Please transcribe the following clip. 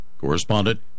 Correspondent